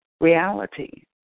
reality